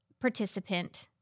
participant